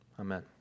Amen